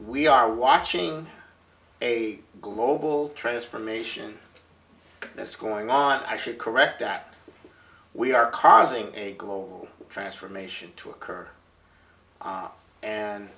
we are watching a global transformation that's going on i should correct that we are causing a global transformation to occur